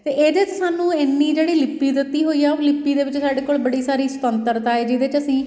ਅਤੇ ਇਹਦੇ 'ਚ ਸਾਨੂੰ ਇੰਨੀ ਜਿਹੜੀ ਲਿਪੀ ਦਿੱਤੀ ਹੋਈ ਹੈ ਉਹ ਲਿਪੀ ਦੇ ਵਿੱਚ ਸਾਡੇ ਕੋਲ ਬੜੀ ਸਾਰੀ ਸੁਤੰਤਰਤਾ ਹੈ ਜਿਸ ਦੇ 'ਚ ਅਸੀਂ